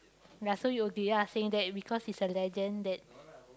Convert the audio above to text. ya so you agree ah saying that because he's a legend that